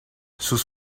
sus